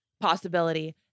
possibility